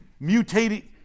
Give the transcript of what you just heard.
mutating